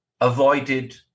avoided